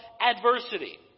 adversity